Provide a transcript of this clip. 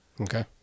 Okay